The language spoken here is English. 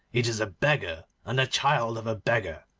it is a beggar and the child of a beggar,